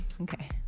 Okay